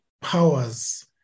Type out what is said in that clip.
powers